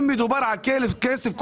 אם מדובר על כסף קואליציוני,